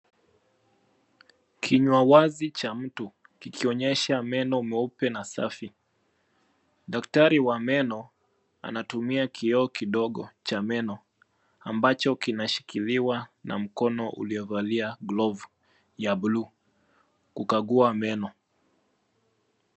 Kinywa wazi cha mtu, kikionyesha meno meupe, na safi. Daktari wa meno, anatumia kioo kidogo cha meno, ambacho kinashikiliwa na mkono uliovalia glavu ya blue , kukagua meno.